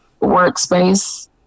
workspace